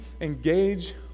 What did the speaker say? engage